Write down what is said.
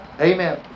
Amen